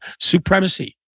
supremacy